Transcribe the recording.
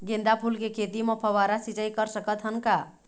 गेंदा फूल के खेती म फव्वारा सिचाई कर सकत हन का?